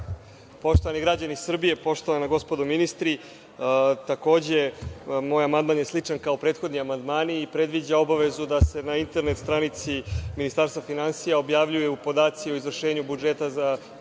Poštovani građani Srbije, poštovana gospodo ministri, moj amandman je sličan kao prethodni amandmani i predviđa obavezu da se na internet stranici Ministarstva finansija objavljuju podaci o izvršenju budžeta do kraja